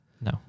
No